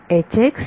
विद्यार्थी